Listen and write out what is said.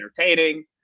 entertaining